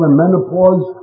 menopause